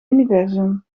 universum